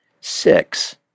six